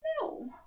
No